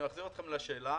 אני מחזיר אתכם לשאלה,